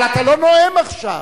אבל אתה לא נואם עכשיו.